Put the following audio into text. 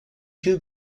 two